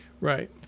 right